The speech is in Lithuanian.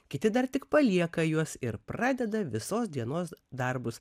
kiti dar tik palieka juos ir pradeda visos dienos darbus